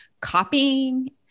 copying